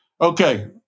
Okay